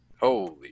Holy